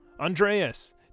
Andreas